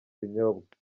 binyobwa